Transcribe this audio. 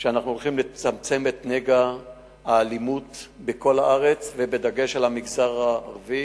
אנחנו הולכים לצמצם את נגע האלימות בכל הארץ ובדגש על המגזר הערבי,